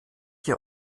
ihr